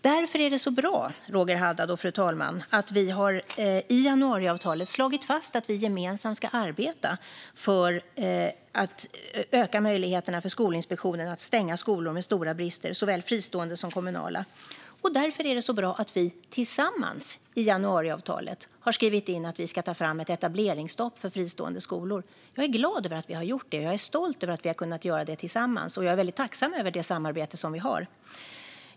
Därför är det så bra, Roger Haddad och fru talman, att vi i januariavtalet har slagit fast att vi gemensamt ska arbeta för att öka möjligheterna för Skolinspektionen att stänga skolor med stora brister - såväl fristående som kommunala. Och därför är det så bra att vi tillsammans i januariavtalet har skrivit in att vi ska ta fram ett etableringsstopp för fristående skolor. Jag är glad över att vi har gjort det, jag är stolt över att vi har kunnat göra det tillsammans och jag är väldigt tacksam över det samarbete som vi har.